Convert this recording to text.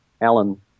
Alan